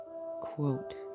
quote